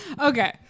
okay